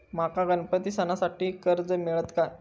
माका गणपती सणासाठी कर्ज मिळत काय?